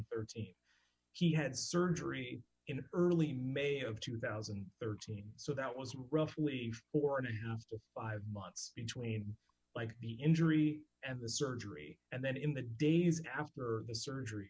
thirteen he had surgery in early may of two thousand and thirteen so that was roughly four and a half to five months between like the injury and the surgery and then in the days after the surgery